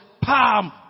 palm